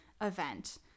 event